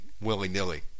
willy-nilly